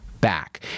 back